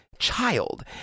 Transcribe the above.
Child